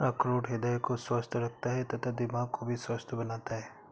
अखरोट हृदय को स्वस्थ रखता है तथा दिमाग को भी स्वस्थ बनाता है